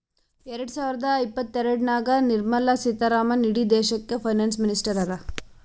ಎರಡ ಸಾವಿರದ ಇಪ್ಪತ್ತಎರಡನಾಗ್ ನಿರ್ಮಲಾ ಸೀತಾರಾಮನ್ ಇಡೀ ದೇಶಕ್ಕ ಫೈನಾನ್ಸ್ ಮಿನಿಸ್ಟರ್ ಹರಾ